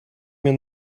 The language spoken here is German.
mir